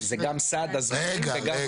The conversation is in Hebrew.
זה גם סד הזמנים וגם עלות.